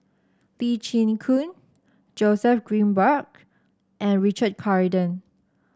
Lee Chin Koon Joseph Grimberg and Richard Corridon